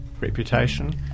reputation